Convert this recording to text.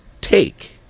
take